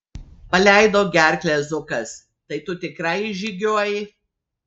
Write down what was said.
paleido gerklę zukas tai tu tikrai išžygiuoji